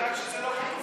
רק שזה לא כתוב כאן.